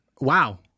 Wow